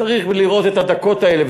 צריך לראות את הדקות האלה,